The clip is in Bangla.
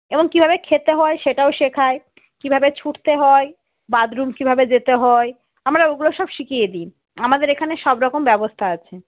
এবং কীভাবে খেতে হয় সেটাও শেখাই কীভাবে ছুটতে হয় বাথরুম কীভাবে যেতে হয় আমরা ওগুলো সব শিখিয়ে দিই আমাদের এখানে সব রকম ব্যবস্থা আছে